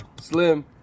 Slim